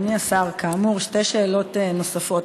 אדוני השר, כאמור, שתי שאלות נוספות.